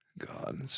God